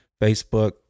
Facebook